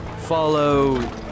Follow